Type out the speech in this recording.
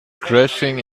crashing